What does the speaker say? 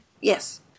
Yes